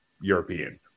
European